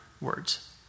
words